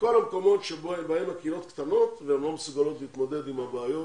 לכל המקומות שבהם הקהילות קטנות והן לא מסוגלות להתמודד עם הבעיות.